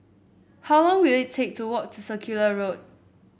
how long will it take to walk to Circular Road